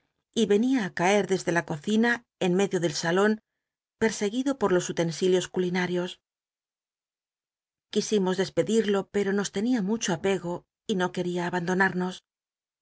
y venia á caer desde la cocina en medio del salon perseguido por los utensilios culinal'ios quisimos despedirlo pero nos ten ia mucho apego y no quetia abandonamos